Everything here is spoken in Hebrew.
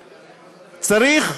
צריך,